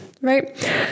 right